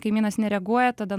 kaimynas nereaguoja tada